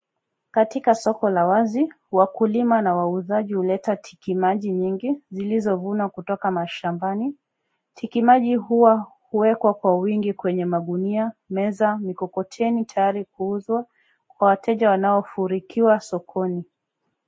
Katika solo la wazi wakulima na wauzaji huleta tiki maji nyingi zilizovunwa kutoka mashambani, tiki maji huwa huwekwa kwa wingi kwenye magunia, meza , mikokoteni tayari kuuzwa Kwa wateja wanaofurikwa sokoni.